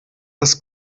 das